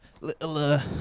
little